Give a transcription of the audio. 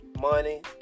Money